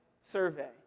survey